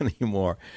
anymore